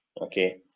Okay